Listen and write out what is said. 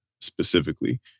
specifically